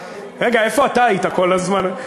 רגע, איפה אתה היית כל הזמן?